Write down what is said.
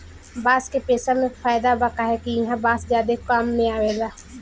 बांस के पेसा मे फायदा बा काहे कि ईहा बांस ज्यादे काम मे आवेला